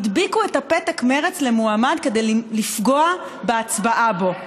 הדביקו את הפתק מרצ למועמד כדי לפגוע בהצבעה בו.